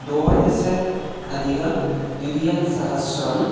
द्वादशाधिकं द्विसहस्रम्